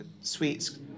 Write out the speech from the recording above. sweets